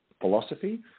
philosophy –